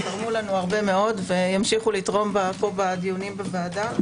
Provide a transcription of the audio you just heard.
תרמו לנו רבות וימשיכו ללוות אותנו בדיונים בוועדה.